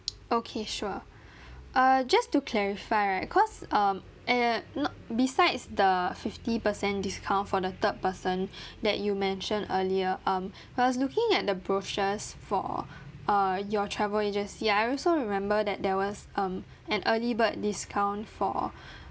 okay sure err just to clarify right cause um eh not besides the fifty percent discount for the third person that you mentioned earlier um when I was looking at the brochures for uh your travel agency I also remember that there was um an early bird discount for